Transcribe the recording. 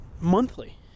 monthly